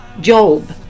Job